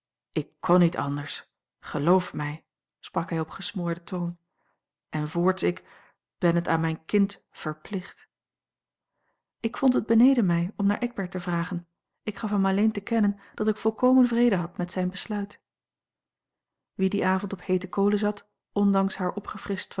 ik kon niet anders geloof mij sprak hij op gesmoorden toon en voorts ik ben het aan mijn kind verplicht ik vond het beneden mij om naar eckbert te vragen ik gaf hem alleen te kennen dat ik volkomen vrede had met zijn besluit wie dien avond op heete kolen zat ondanks haar opgefrischt